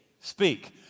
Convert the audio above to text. speak